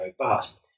robust